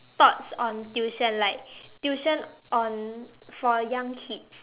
thoughts on tuition like tuition on for young kids